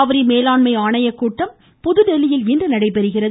காவிரி மேலாண்மை ஆணையக்கூட்டம் புதுதில்லியில் இன்று நடைபெறுகிறது